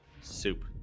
soup